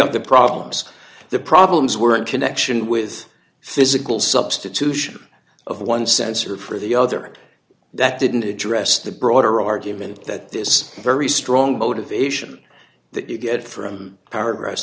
yup the problems the problems were in connection with physical substitution of one sensor for the other and that didn't address the broader argument that this very strong motivation that you get from paragraphs